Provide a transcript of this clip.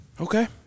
Okay